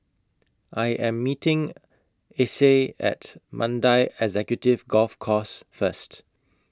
I Am meeting Acey At Mandai Executive Golf Course First